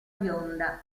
bionda